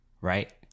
Right